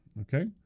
okay